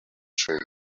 change